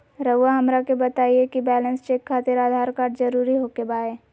रउआ हमरा के बताए कि बैलेंस चेक खातिर आधार कार्ड जरूर ओके बाय?